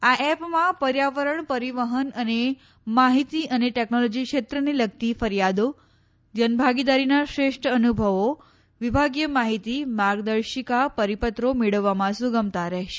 આ એપમાં પર્યાવરણ પરિવહન અને માહિતી અને ટેકનોલોજી ક્ષેત્રને લગતી ફરિયાદો જનભાગીદારીના શ્રેષ્ઠ અનુભવો વિભાગીય માહિતી માર્ગદર્શિકા પરિપત્રો મેળવવામાં સુગમતા રહેશે